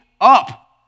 up